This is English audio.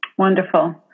wonderful